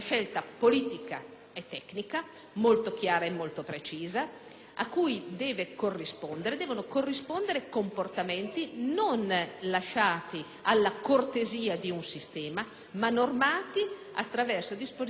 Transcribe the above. e tecnica molto chiara e molto precisa, a cui devono corrispondere comportamenti non lasciati alla cortesia di un sistema, ma normati attraverso disposizioni molto precise